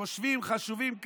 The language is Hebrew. חושבים, חשובים כאלה.